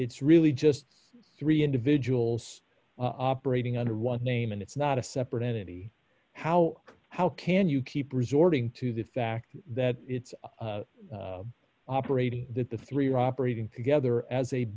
it's really just three individuals operating under one name and it's not a separate entity how could how can you keep resorting to the fact that it's operating that the three are operating together as a